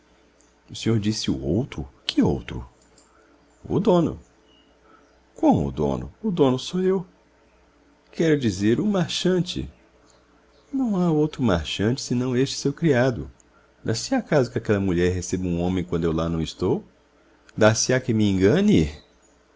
o senhor disse o outro que outro o dono como o dono o dono sou eu quero dizer o marchante não há outro marchante senão este seu criado dar-se-á caso que aquela mulher receba um homem quando eu lá não estou dar-se-á que me engane